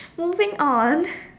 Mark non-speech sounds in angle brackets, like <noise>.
moving on <breath>